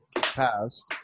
passed